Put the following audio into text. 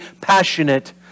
passionate